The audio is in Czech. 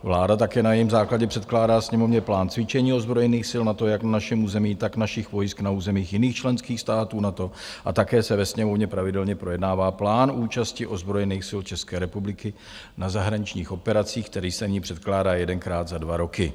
Vláda také na jejím základě předkládá Sněmovně plán cvičení ozbrojených sil NATO jak na našem území, tak našich vojsk na území jiných členských států NATO, a také se ve Sněmovně pravidelně projednává plán účasti ozbrojených sil České republiky na zahraničních operacích, který se nyní předkládá jedenkrát za dva roky.